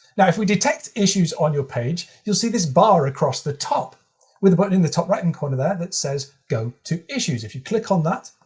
now, if we detect issues on your page, you'll see this bar across the top with a button in the top right-hand corner that that says, go to issues. if you click on that,